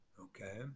okay